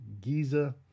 Giza